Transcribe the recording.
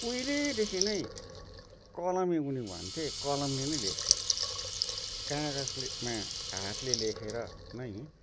उहिलेदेखि नै कलम नै भन्थे कलमले नै लेख्थे कागजले हातले लेखेर नै